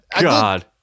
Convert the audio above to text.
God